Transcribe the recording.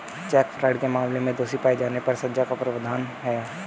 check fraud के मामले में दोषी पाए जाने पर सजा का प्रावधान है